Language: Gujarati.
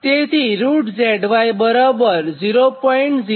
તેથી ZY બરાબર 0